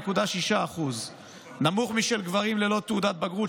58.6% נמוך משל גברים ללא תעודת בגרות,